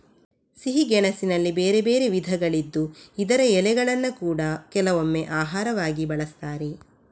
ಸಿಹಿ ಗೆಣಸಿನಲ್ಲಿ ಬೇರೆ ಬೇರೆ ವಿಧಗಳಿದ್ದು ಇದರ ಎಲೆಗಳನ್ನ ಕೂಡಾ ಕೆಲವೊಮ್ಮೆ ಆಹಾರವಾಗಿ ಬಳಸ್ತಾರೆ